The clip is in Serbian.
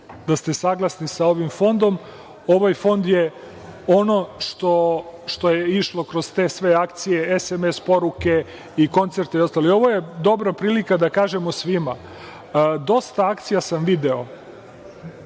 da ste saglasni sa ovim fondom. Ovaj fond je ono što je išlo kroz sve te akcije, SMS poruke i koncerti i ostalo. Ovo je dobra prilika da kažemo svima, dosta akcija sam video